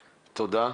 תודה.